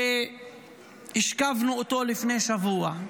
והשכבנו אותו לפני שבוע.